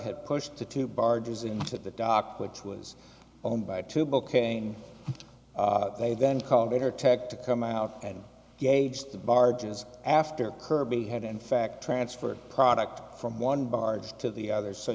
had pushed the two barges into the dock which was owned by two booking they then called later tech to come out and gauge the barges after kirby had in fact transferred product from one barge to the other so